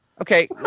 okay